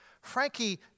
Frankie